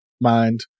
mind